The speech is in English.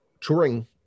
touring